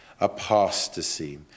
apostasy